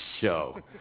show